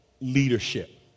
leadership